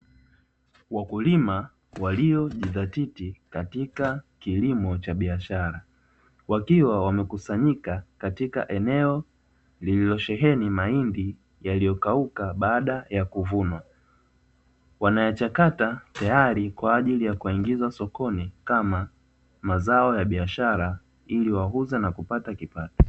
Wakulima waliojizatiti katika kilimo cha biashara wakiwa wamekusanyika katika eneo lililosheheni mahindi yaliyokauka baada ya kuvunwa, wanayachakata tayari kwa ajili ya kuyaingiza sokoni kama mazao ya biashara ili wauze na kupata kipato.